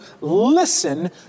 listen